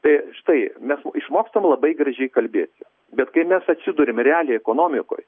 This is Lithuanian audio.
tai štai mes išmokstam labai gražiai kalbėti bet kai mes atsiduriam realiai ekonomikoj